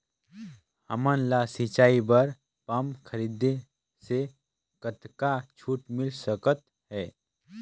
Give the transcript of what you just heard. हमन ला सिंचाई बर पंप खरीदे से कतका छूट मिल सकत हे?